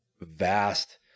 vast